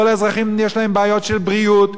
לכל האזרחים יש בעיות של בריאות,